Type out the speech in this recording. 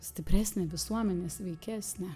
stipresnė visuomenė sveikesnė